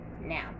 Now